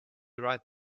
right